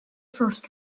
first